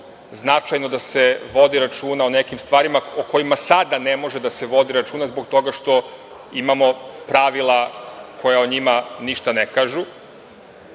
značajno da se vodi računa o nekim stvarima o kojima sada ne može da se vodi računa zbog toga što imamo pravila koja o njima ništa ne kažu,